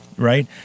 Right